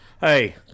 hey